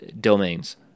domains